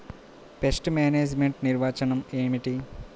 Pest management నిర్వచనం ఏమిటి?